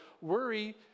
worry